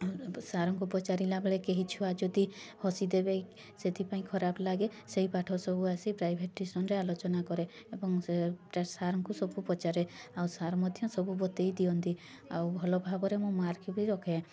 ସାର୍ଙ୍କୁ ପଚାରିଲା ବେଳେ କେହି ଛୁଆ ଯଦି ହସି ଦେବେ ସେଥିପାଇଁ ଖରାପ ଲାଗେ ସେହି ପାଠ ସବୁ ଆସି ପ୍ରାଇଭେଟ୍ ଟ୍ୟୁସନ୍ରେ ଆଲୋଚନା କରେ ଏବଂ ସେଟା ସାର୍ଙ୍କୁ ସବୁ ପଚାରେ ଆଉ ସାର୍ ମଧ୍ୟ ସବୁ ବତେଇ ଦିଅନ୍ତି ଆଉ ଭଲ ଭାବରେ ମୁଁ ମାର୍କ୍ ବି ରଖେ